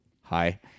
Hi